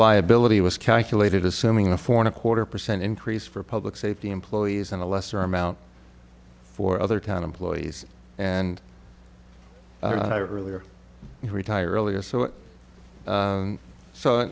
liability was calculated assuming a foreign a quarter percent increase for public safety employees and a lesser amount for other town employees and i earlier you retire earlier so